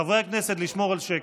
חברי הכנסת, לשמור על שקט.